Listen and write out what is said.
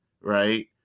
right